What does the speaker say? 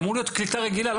אמור להיות קליטה רגילה.